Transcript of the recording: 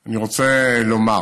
אני רוצה לומר